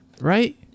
Right